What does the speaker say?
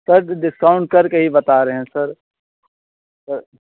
sir discount करके ही बता रहे हैं सर सर